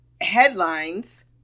headlines